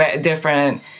different